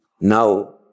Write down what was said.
Now